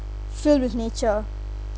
filled with nature